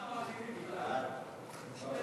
ההצעה